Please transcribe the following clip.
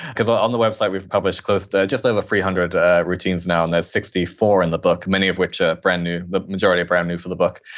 because on the website, we've published close to just over three hundred routines now. and there's sixty four in the book, many of which are brand new, the majority are brand new for the book.